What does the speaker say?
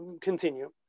continue